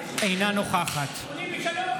אינו נוכח משה טור פז,